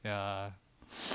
ya